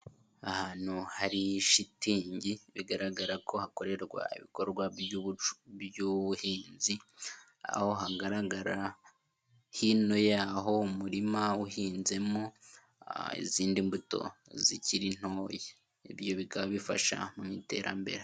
Ahantu hari shitingi bigaragara ko hakorerwa ibikorwa by'ubuhinzi, aho hagaragara hino y'aho umurima uhinzemo izindi mbuto zikiri ntoya ibyo bikaba bifasha mu iterambere.